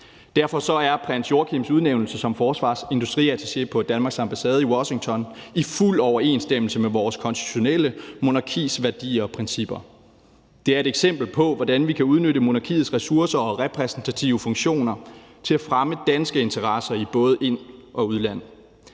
Derfor er prins Joachims udnævnelse som forsvarsindustriattaché på Danmarks ambassade i Washington i fuld overensstemmelse med vores konstitutionelle monarkis værdier og principper. Det er et eksempel på, hvordan vi kan udnytte monarkiets ressourcer og repræsentative funktioner til at fremme danske interesser i både ind- og udland.